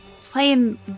playing